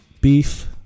beef